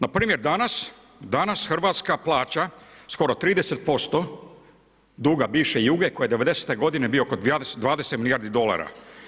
Npr. danas, danas Hrvatska plaća skoro 30% duga bivše Juge koja je '90. g. bio … 20 milijardi dolara.